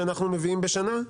שאנחנו מביאים בשנה?